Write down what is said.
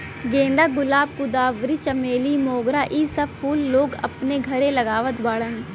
गेंदा, गुलाब, गुलदावरी, चमेली, मोगरा इ सब फूल लोग अपने घरे लगावत बाड़न